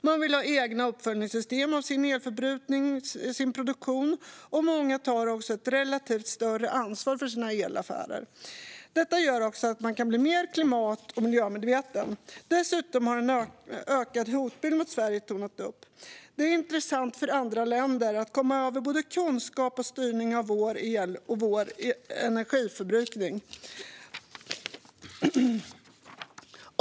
Man vill ha egna uppföljningssystem för sin elförbrukning och elproduktion, och många tar också ett relativt större ansvar för sina elaffärer. Detta gör också att man kan bli mer klimat och miljömedveten. Dessutom har en ökad hotbild mot Sverige tornat upp. Det är intressant för andra länder att komma över både kunskap om och styrning av vår el och vår energiförbrukning.